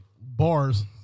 Bars